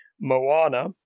Moana